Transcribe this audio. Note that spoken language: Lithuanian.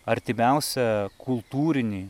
artimiausią kultūrinį